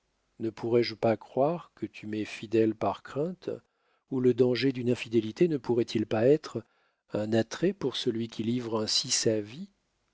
ne pourrais-je pas croire que tu m'es fidèle par crainte ou le danger d'une infidélité ne pourrait-il pas être un attrait pour celui qui livre ainsi sa vie